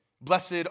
blessed